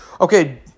Okay